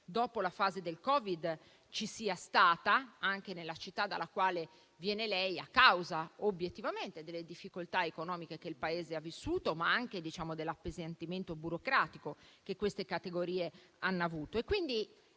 dopo la fase del Covid, anche nella città dalla quale viene lei, a causa delle obiettive difficoltà economiche che il Paese ha vissuto, ma anche per l'appesantimento burocratico che queste categorie hanno subito.